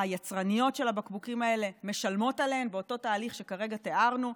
היצרניות של הבקבוקים האלה משלמות עליהם באותו תהליך שכרגע תיארנו,